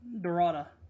Dorada